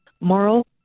moral